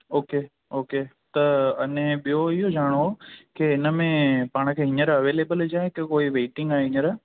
okay okay त अने ॿियो इयो ॼाणणो हो कि हिन में पाण खे हींअर अवेलेब आहे जा कोई वेटिंग आहे हींअर